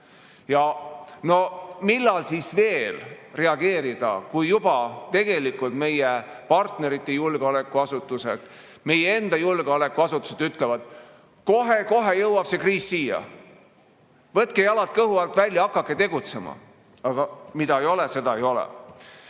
Ja no millal siis veel reageerida, kui juba meie partnerite julgeolekuasutused, meie enda julgeolekuasutused ütlevad: kohe-kohe jõuab see kriis siia, võtke jalad kõhu alt välja, hakake tegutsema. Aga mida ei ole, seda ei ole.